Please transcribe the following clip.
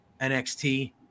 NXT